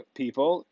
people